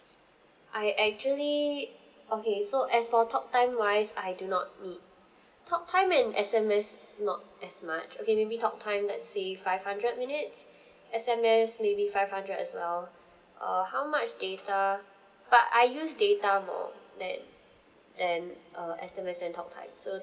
I actually okay so as for talk time wise I do not need talk time and S_M_S not as much okay maybe talk time let's say five hundred minutes S_M_S maybe five hundred as well uh how data but I use data more than than uh S_M_S and talk time so